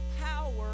power